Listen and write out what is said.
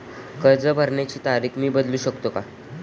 कर्ज भरण्याची तारीख मी बदलू शकतो का?